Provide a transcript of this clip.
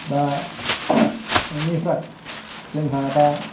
दा बेनिफ्राय जोंहा दा